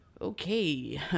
okay